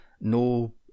no